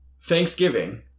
Thanksgiving